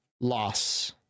Loss